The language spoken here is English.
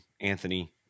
Anthony